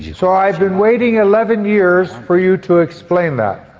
so i've been waiting eleven years for you to explain that.